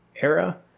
era